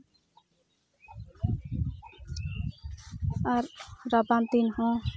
ᱟᱨ ᱨᱟᱵᱟᱝ ᱫᱤᱱ ᱦᱚᱸ